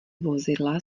vozidla